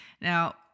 now